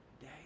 day